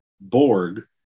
Borg